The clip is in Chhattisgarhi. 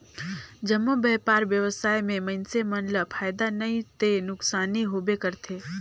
जम्मो बयपार बेवसाय में मइनसे मन ल फायदा नइ ते नुकसानी होबे करथे